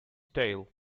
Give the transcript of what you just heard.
tale